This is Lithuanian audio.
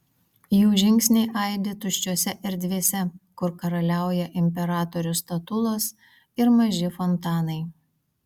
jų žingsniai aidi tuščiose erdvėse kur karaliauja imperatorių statulos ir maži fontanai